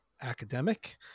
Academic